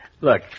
Look